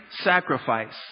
sacrifice